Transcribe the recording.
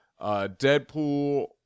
Deadpool